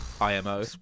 IMO